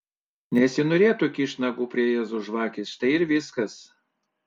nesinorėtų kišt nagų prie jėzaus žvakės štai ir viskas